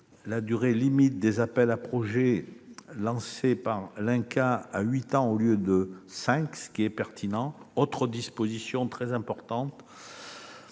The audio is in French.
la durée limite des appels à projet lancés par l'INCa à huit ans au lieu de cinq ans, ce qui est pertinent. Une autre disposition très importante